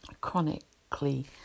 chronically